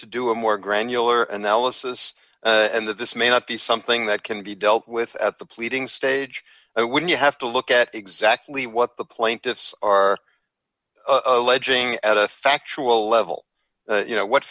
to do a more granular analysis and that this may not be something that can be dealt with at the pleading stage but when you have to look at exactly what the plaintiffs or alleging at a factual level you know what